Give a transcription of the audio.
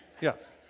yes